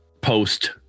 post